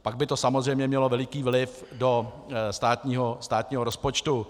Pak by to samozřejmě mělo veliký vliv do státního rozpočtu.